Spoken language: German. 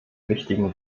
wichtigen